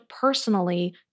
personally